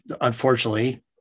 unfortunately